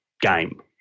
game